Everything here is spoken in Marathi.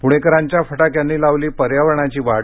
पुणेकरांच्या फटाक्यांनी लावली पर्यावरणाची वाट